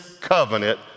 covenant